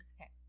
okay